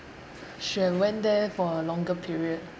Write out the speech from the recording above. should have went there for a longer period